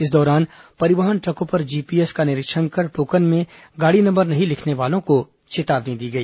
इस दौरान परिवहन ट्रकों पर जीपीएस का निरीक्षण कर टोकन में गाड़ी नंबर नहीं लिखने वालों को चेतावनी दी गई